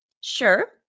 Sure